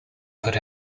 put